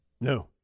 No